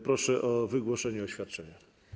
Proszę o wygłoszenie oświadczenia.